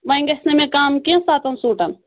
وۄنۍ گَژھِ نا مےٚ کم کینہہ سَتن سوٗٹن